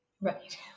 right